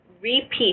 repeat